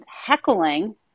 heckling